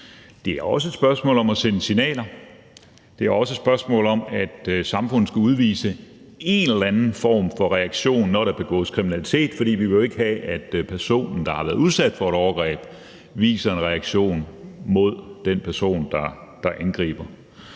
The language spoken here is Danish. Det er også et spørgsmål om at sende signaler. Det er også et spørgsmål om, at samfundet skal udvise en eller anden form for reaktion, når der begås kriminalitet, for vi vil jo ikke have, at personen, der har været udsat for et overgreb, viser en reaktion mod den person, der har angrebet.